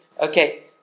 Okay